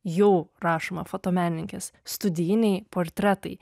jau rašoma fotomenininkės studijiniai portretai